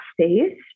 space